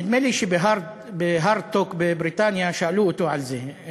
נדמה לי שב-HARDtalk בבריטניה שאלו אותו על זה,